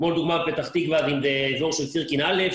כמו לדוגמה פתח תקווה באזור של סירקין א',